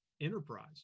enterprise